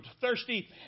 thirsty